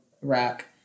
rack